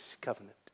covenant